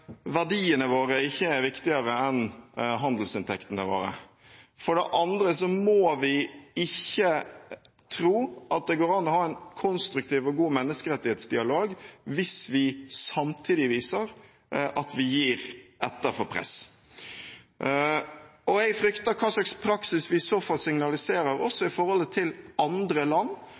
verdiene våre ikke er viktigere enn handelsinntektene våre. For det andre må vi ikke tro at det går an å ha en konstruktiv og god menneskerettighetsdialog hvis vi samtidig viser at vi gir etter for press. Jeg frykter for hva slags praksis vi i så fall også signaliserer i forholdet til andre land,